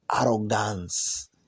arrogance